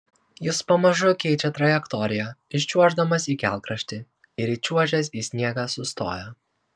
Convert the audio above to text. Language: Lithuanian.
jis pamažu keičia trajektoriją iščiuoždamas į kelkraštį ir įčiuožęs į sniegą sustoja